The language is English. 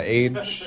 age